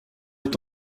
est